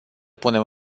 punem